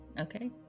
Okay